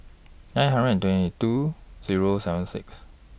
nine hundred and twenty two Zero seven six